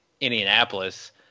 Indianapolis